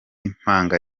impanga